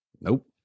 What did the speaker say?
Nope